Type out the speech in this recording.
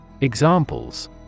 Examples